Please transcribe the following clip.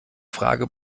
frage